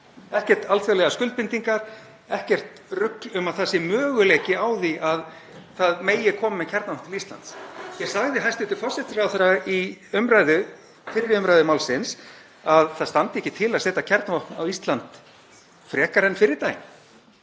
Engar alþjóðlegar skuldbindingar, ekkert rugl um að það sé möguleiki á því að það megi koma með kjarnavopn til Íslands. Hér sagði hæstv. forsætisráðherra við fyrri umræðu málsins að það standi ekki til að setja kjarnavopn á Ísland frekar en fyrri daginn.